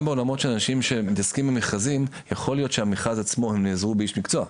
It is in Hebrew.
להיות שלמכרז עצמו הם נעזרו באיש מקצוע,